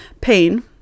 pain